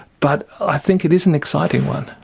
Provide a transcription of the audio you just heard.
but i think it is an exciting one.